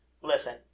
Listen